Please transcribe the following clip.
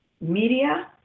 media